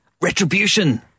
Retribution